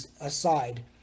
aside